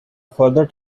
further